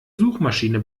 suchmaschiene